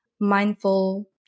mindful